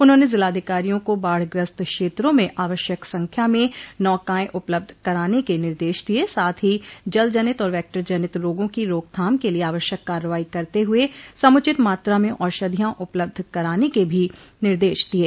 उन्होंने जिलाधिकारियों को बाढ़ ग्रस्त क्षेत्रों में आवश्यक संख्या में नौकाएं उपलब्ध कराने के निर्देश दिये साथ ही जल जनित और वैक्टर जनित रोगों की रोकथाम के लिये आवश्यक कार्रवाई करते हुये समुचित मात्रा में औषधियां उपलब्ध कराने के भी निर्देश दिये